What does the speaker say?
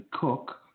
cook